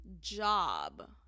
job